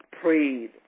prayed